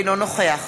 אינו נוכח